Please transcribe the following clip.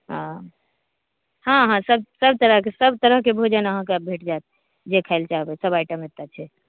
हॅं हॅं हॅं सभ तरहके सभ तरहके भोजन अहाँकेँ भेट जाएत जे खाय लाशए चाहबै सभ आइटम एतऽ भेटै छै